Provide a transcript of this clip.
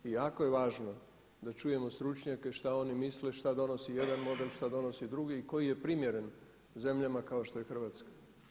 I jako je važno da čujemo stručnjake što oni misle što donosi jedan model, što donosi drugi i koji je primjeren zemljama kao što je Hrvatska.